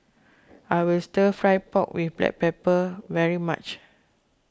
I will Stir Fried Pork with Black Pepper very much